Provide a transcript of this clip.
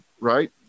right